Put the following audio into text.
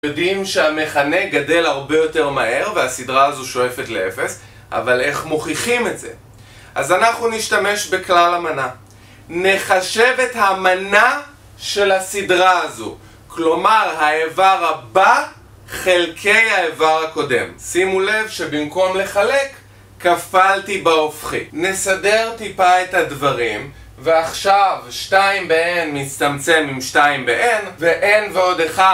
יודעים שהמכנה גדל הרבה יותר מהר והסדרה הזו שואפת לאפס, אבל איך מוכיחים את זה? אז אנחנו נשתמש בכלל המנה. נחשב את המנה של הסדרה הזו כלומר, האיבר הבא חלקי האיבר הקודם. שימו לב שבמקום לחלק כפלתי בהופכי. נסדר טיפה את הדברים ועכשיו 2 ב-n מצטמצם עם 2 ב-n ו-n ועוד 1